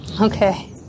Okay